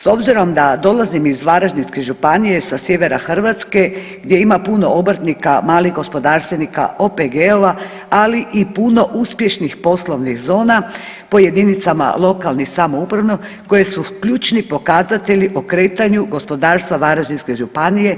S obzirom da dolazim iz Varaždinske županije, sa sjevera Hrvatske gdje ima puno obrtnika, malih gospodarstvenika, OPG-ova ali i puno uspješnih poslovnih zona, po jedinicama lokalnih samouprava koje su ključni pokazatelji o kretanju gospodarstva Varaždinske županije,